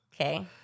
Okay